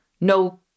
no